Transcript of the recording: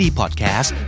podcast